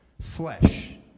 flesh